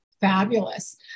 Fabulous